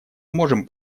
можем